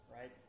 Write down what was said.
right